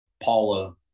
Paula